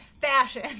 Fashion